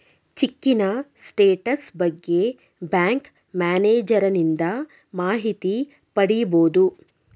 ಚಿಕ್ಕಿನ status ಬಗ್ಗೆ bank ಮ್ಯಾನೇಜರನಿಂದ ಮಾಹಿತಿ ಪಡಿಬೋದು